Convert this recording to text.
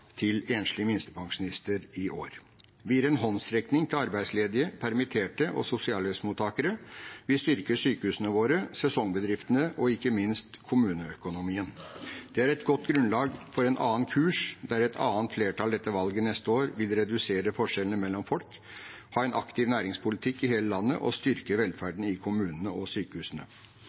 til enslige minstepensjonister i år. Vi gir en håndsrekning til arbeidsledige, permitterte og sosialhjelpsmottakere. Vi styrker sykehusene våre, sesongbedriftene og ikke minst kommuneøkonomien. Det er et godt grunnlag for en annen kurs, der et annet flertall etter valget neste år vil redusere forskjellene mellom folk, ha en aktiv næringspolitikk i hele landet og styrke velferden i kommunene og sykehusene.